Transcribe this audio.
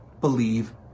believe